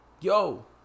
yo